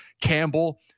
Campbell